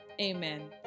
amen